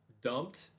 dumped